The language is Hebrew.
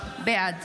בעד